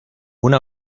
una